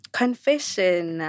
confession